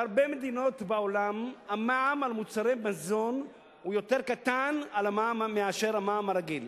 בהרבה מדינות בעולם המע"מ על מוצרי מזון הוא יותר קטן מהמע"מ הרגיל.